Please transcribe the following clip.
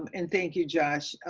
um and thank you, josh.